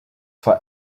for